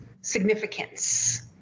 significance